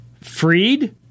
freed